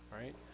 right